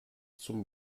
zum